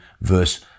verse